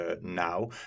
now